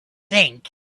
think